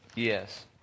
Yes